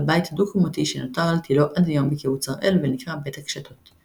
לבית דו-קומתי שנותר על תילו עד היום בקיבוץ הראל ונקרא "בית הקשתות".